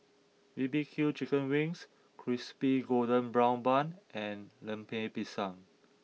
B B Q Chicken Wings Crispy Golden Brown Bun and Lemper Pisang